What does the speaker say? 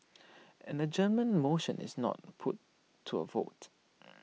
an adjournment motion is not put to A vote